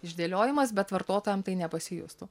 išdėliojimas bet vartotojam tai nepasijustų